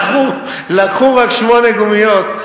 לקחו רק שמונה גומיות.